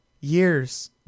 years